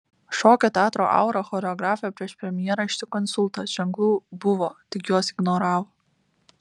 šokio teatro aura choreografę prieš premjerą ištiko insultas ženklų buvo tik juos ignoravo